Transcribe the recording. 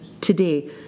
today